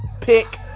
pick